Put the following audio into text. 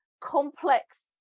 complex